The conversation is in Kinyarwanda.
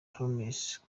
promises